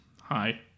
Hi